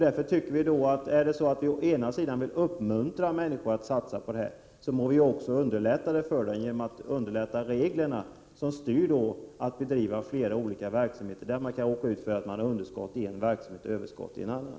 Är det så att samhället å ena sidan vill uppmuntra människor att satsa på sådant, tycker jag att vi också må underlätta för dem genom att förenkla de regler som styr driften av flera verksamheter, eftersom man kan råka ut för underskott i en verksamhet och överskott i en annan.